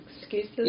excuses